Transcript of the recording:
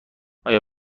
آیا